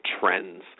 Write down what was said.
trends